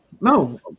no